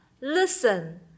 listen